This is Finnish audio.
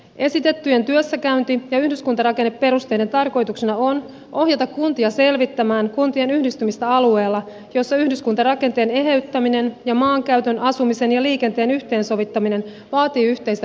esitettyjen työssäkäynti ja yhdyskuntarakenneperusteiden tarkoituksena on ohjata kuntia selvittämään kuntien yhdistymistä alueella jossa yhdyskuntarakenteen eheyttäminen ja maankäytön asumisen ja liikenteen yhteensovittaminen vaatii yhteistä päätöksentekoa